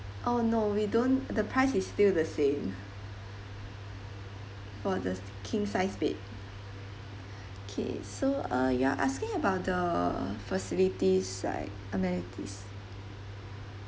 oh no we don't the price is still the same for the king size bed K so uh you're asking about the facilities like amenities